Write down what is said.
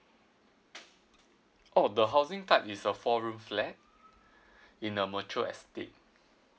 oh the housing type is a four room flat in a mature estate